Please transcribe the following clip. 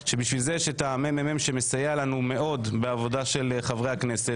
לא מקבלים מענה.